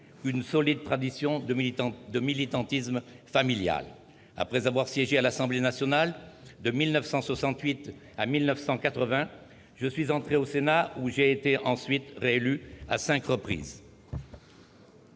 qu'une solide tradition de militantisme familial. Après avoir siégé à l'Assemblée nationale de 1968 à 1980, je suis entré au Sénat, où j'ai été ensuite réélu à cinq reprises.